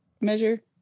measure